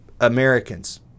Americans